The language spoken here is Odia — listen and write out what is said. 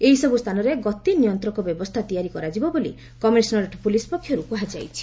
ଏହିସବୁ ସ୍ଥାନରେ ଗତି ନିୟନ୍ତକ ବ୍ୟବସ୍ଥା ତିଆରି କରାଯିବ ବୋଲି କମିଶନରେଟ୍ ପୁଲିସ ପକ୍ଷରୁ କୁହାଯାଇଛି